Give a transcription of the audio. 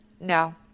no